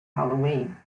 halloween